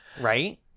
right